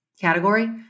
category